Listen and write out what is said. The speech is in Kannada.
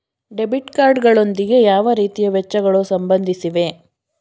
ಡೆಬಿಟ್ ಕಾರ್ಡ್ ಗಳೊಂದಿಗೆ ಯಾವ ರೀತಿಯ ವೆಚ್ಚಗಳು ಸಂಬಂಧಿಸಿವೆ?